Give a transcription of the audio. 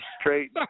straight